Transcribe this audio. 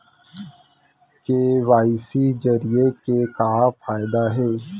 KYC जरिए के का फायदा हे?